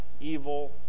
evil